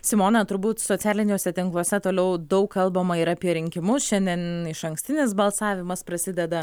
simona turbūt socialiniuose tinkluose toliau daug kalbama ir apie rinkimus šiandien išankstinis balsavimas prasideda